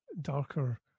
darker